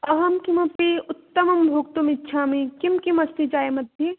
अहं किमपि उत्तमं भोक्तुमिच्छामि किं किमस्ति चायमध्ये